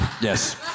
Yes